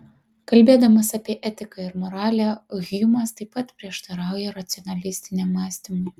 kalbėdamas apie etiką ir moralę hjumas taip pat prieštarauja racionalistiniam mąstymui